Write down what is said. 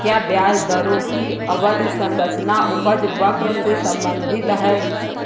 क्या ब्याज दरों की अवधि संरचना उपज वक्र से संबंधित है?